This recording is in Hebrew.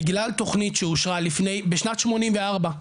בגלל תוכנית שאושרה בשנת 1984,